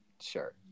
sure